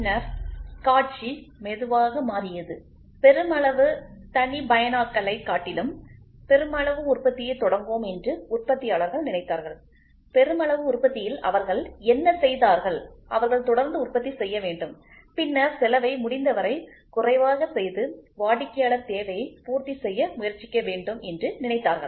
பின்னர் காட்சி மெதுவாக மாறியது பெருமளவு தனிப்பயனாக்கலைக் காட்டிலும் பெருமளவு உற்பத்தியைத் தொடங்குவோம் என்று உற்பத்தியாளர்கள் நினைத்தார்கள்பெருமளவு உற்பத்தியில் அவர்கள் என்ன செய்தார்கள் அவர்கள் தொடர்ந்து உற்பத்தி செய்ய வேண்டும் பின்னர் செலவை முடிந்தவரை குறைவாகச் செய்து வாடிக்கையாளர் தேவையைப் பூர்த்தி செய்ய முயற்சிக்க வேண்டும் என்று நினைத்தார்கள்